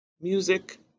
music